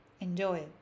Enjoy